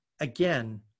again